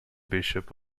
bishop